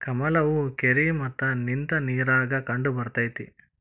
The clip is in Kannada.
ಕಮಲ ಹೂ ಕೆರಿ ಮತ್ತ ನಿಂತ ನೇರಾಗ ಕಂಡಬರ್ತೈತಿ